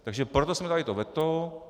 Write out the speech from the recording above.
Takže proto jsme dali to veto.